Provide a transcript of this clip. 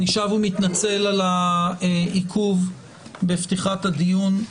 אני ש ומתנצל על העיכוב בפתיחת הדיון.